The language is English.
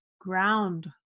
ground